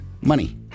money